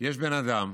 יש בן אדם